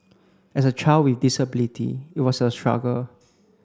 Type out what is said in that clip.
as a child with disability it was a struggle